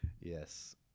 yes